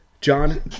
John